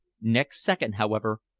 next second, however,